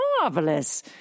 marvelous